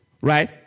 Right